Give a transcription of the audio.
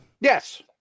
Yes